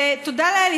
ותודה לאל,